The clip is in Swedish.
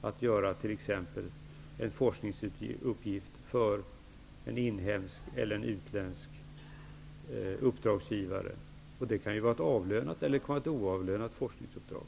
Det kan t.ex. innebära att fullgöra en uppgift för en inhemsk eller utländsk uppdragsgivare. Det kan vara ett avlönat eller oavlönat forskningsuppdrag.